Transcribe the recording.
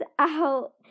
out